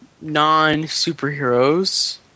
non-superheroes